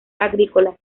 agrícolas